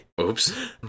Oops